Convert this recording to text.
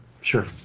sure